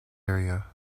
area